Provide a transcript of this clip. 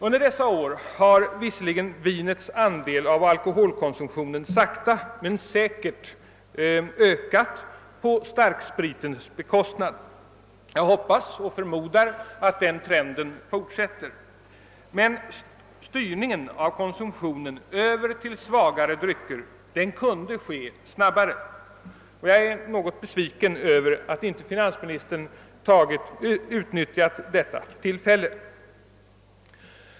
Under de gångna åren har visserligen vinets andel av alkoholkonsumtionen sakta men säkert ökat på starkspritens bekostnad — och jag hoppas och förmodar att den trenden fortsätter — men styrningen av konsumtionen över till svagare drycker kunde ske snabbare. Jag är besviken över att inte finansministern har utnyttjat detta tillfälle.